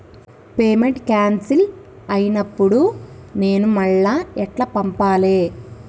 Payment cancel అయినపుడు నేను మళ్ళా ఎట్ల పంపాలే?